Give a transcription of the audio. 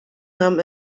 nahm